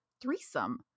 threesome